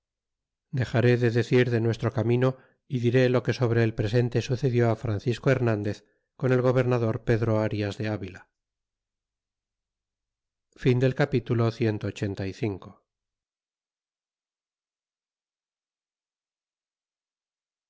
dexare de decir de nuestro camino y diré lo que sobre el presente sucedió francisco heniandoz con el gobernador pedro arias de avila capitulo clxxxvi como